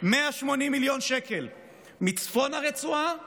180 מיליון שקל מצפון הרצועה לדרומה.